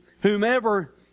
whomever